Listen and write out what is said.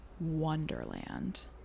wonderland